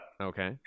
okay